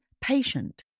patient